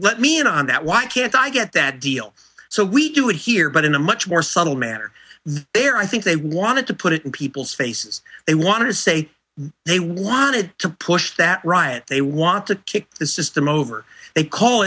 let me in on that why can't i get that deal so we do it here but in a much more subtle manner there i think they wanted to put it in people's faces they want to say they wanted to push that ryan they want to kick this is the most they call